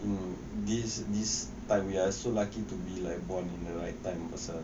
um this this time we're so lucky to be like born in the right time pasal